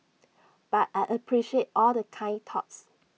but I appreciate all the kind thoughts